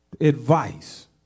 Advice